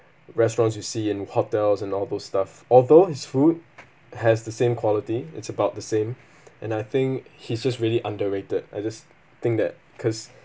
restaurants you see in hotels and all those stuff although his food has the same quality it's about the same and I think he's just really underrated I just think that because